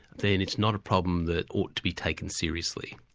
then it's not a problem that ought to be taken seriously.